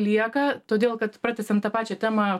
lieka todėl kad pratęsiam tą pačią temą